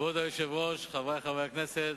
כבוד היושב-ראש, חברי חברי הכנסת,